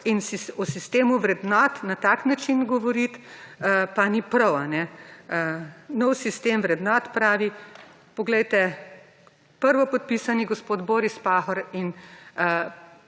in v sistemu vrednot na tak način govoriti pa ni prav. Nov sistem vrednot pravi, poglejte, prvopodpisani gospod Boris Pahor in